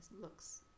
looks